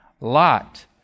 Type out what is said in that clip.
Lot